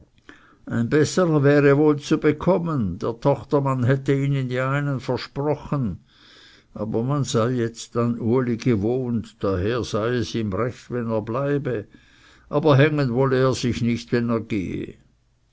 wäre wohl zu bekommen der tochtermann hätte ihnen ja einen versprochen aber man sei jetzt an uli gewohnt daher sei es ihm recht wenn er bleibe aber hängen wolle er sich nicht wenn er